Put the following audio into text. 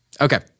okay